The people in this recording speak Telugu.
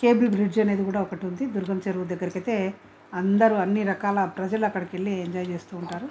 కేబుల్ బ్రిడ్జ్ అనేది కూడా ఒకటి ఉంది దుర్గం చెరువు దగ్గరకైతే అందరూ అన్ని రకాల ప్రజలు అక్కడికి వెళ్ళి ఎంజాయ్ చేస్తూ ఉంటారు